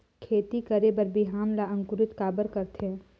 खेती करे बर बिहान ला अंकुरित काबर करथे?